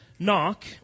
Knock